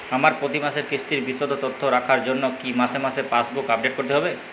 আমার প্রতি মাসের কিস্তির বিশদ তথ্য রাখার জন্য কি মাসে মাসে পাসবুক আপডেট করতে হবে?